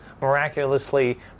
miraculously